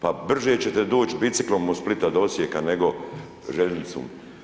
Pa brže ćete doći biciklom od Splita do Osijeka nego željeznicom.